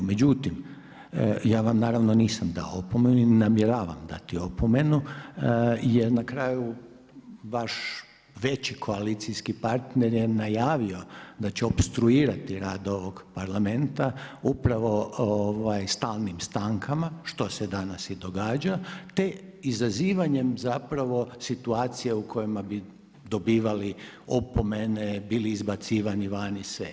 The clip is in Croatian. Međutim, ja vam naravno nisam dao opomenu i ne namjeravam dati opomenu, jer na kraju, vaš veći koalicijski partner je najavio da će opstruirati rad ovog Parlamenta upravo stalnim stankama, što se danas i događa, te izazivanjem zapravo situacije u kojima bi dobivali opomene, bili izbacivani van i sve.